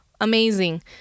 Amazing